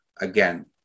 Again